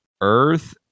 Earth